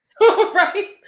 Right